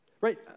Right